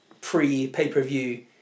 pre-pay-per-view